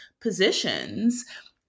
positions